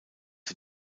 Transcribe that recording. der